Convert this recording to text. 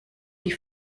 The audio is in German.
die